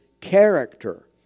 character